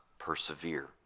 persevere